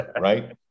right